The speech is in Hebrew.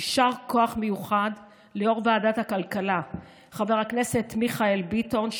יישר כוח מיוחד ליו"ר ועדת הכלכלה חבר הכנסת מיכאל ביטון,